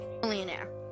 Millionaire